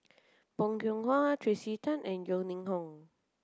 Bong Hiong Hwa Tracey Tan and Yeo Ning Hong